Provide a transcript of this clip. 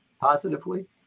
positively